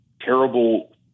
terrible